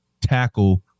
tackle